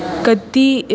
कति